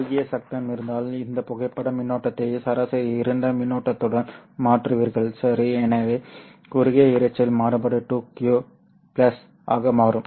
குறுகிய சத்தம் இருந்தால் இந்த புகைப்பட மின்னோட்டத்தை சராசரி இருண்ட மின்னோட்டத்துடன் மாற்றுவீர்கள் சரி எனவே குறுகிய இரைச்சல் மாறுபாடு 2q ஆக மாறும்